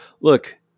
look